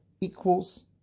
equals